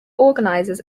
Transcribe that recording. organizers